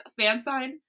fansign